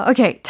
Okay